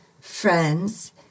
friends